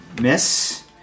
miss